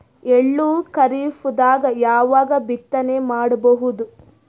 ಎಳ್ಳು ಖರೀಪದಾಗ ಯಾವಗ ಬಿತ್ತನೆ ಮಾಡಬಹುದು?